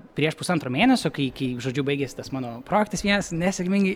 prieš pusantro mėnesio kai kai žodžiu baigėsi tas mano projektas vienas nesėkmingai